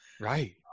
Right